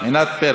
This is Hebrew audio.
ענת ברקו.